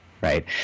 right